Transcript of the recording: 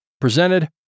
presented